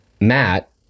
Matt